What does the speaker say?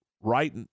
right